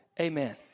Amen